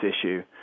issue